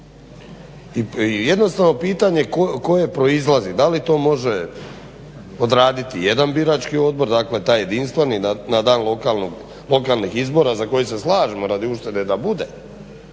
jednostavno pitanje koje proizlazi da li to može odraditi jedan birački odbor, dakle taj jedinstveni na dan lokalnih izbora za koje se slažemo radi uštede da bude